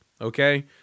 Okay